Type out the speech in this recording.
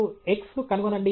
X ను కనుగొనండి